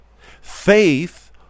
Faith